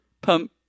Pump